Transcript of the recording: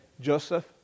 Joseph